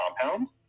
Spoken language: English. compound